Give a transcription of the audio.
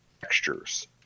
textures